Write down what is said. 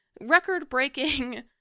record-breaking